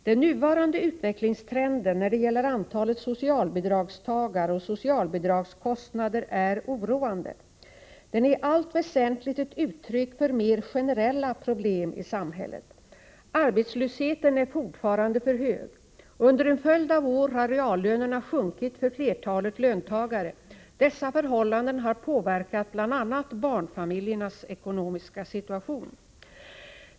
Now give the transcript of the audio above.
Den nuvarande utvecklingstrenden när det gäller antalet socialbidragstagare och socialbidragskostnader är oroande. Den är i allt väsentligt ett uttryck för mer generella problem i samhället. Arbetslösheten är fortfarande för hög. Under en följd av år har reallönerna sjunkit för flertalet löntagare. Dessa förhållanden har påverkat bl.a. barnfamiljernas ekonomiska situation.